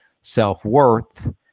self-worth